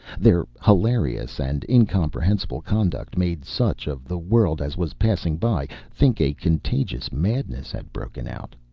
their hilarious and incomprehensible conduct made such of the world as was passing by think a contagious madness had broken out.